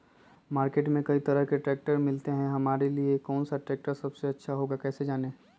Market में कई तरह के ट्रैक्टर मिलते हैं हमारे लिए कौन सा ट्रैक्टर सबसे अच्छा है कैसे जाने?